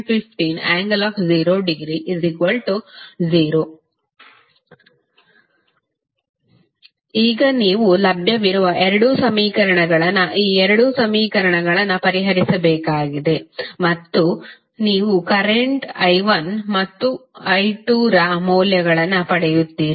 −3 j4 I1 6 j8 I2 − 415∠0◦ 0 ಈಗ ನೀವು ಲಭ್ಯವಿರುವ ಎರಡೂ ಸಮೀಕರಣಗಳನ್ನು ಈ ಎರಡು ಸಮೀಕರಣಗಳನ್ನು ಪರಿಹರಿಸಬೇಕಾಗಿದೆ ಮತ್ತು ನೀವು ಕರೆಂಟ್ I 1 ಮತ್ತು I 2 ರ ಮೌಲ್ಯಗಳನ್ನು ಪಡೆಯುತ್ತೀರಿ